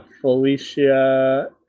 Felicia